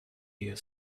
year